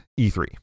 E3